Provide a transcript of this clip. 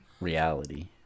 reality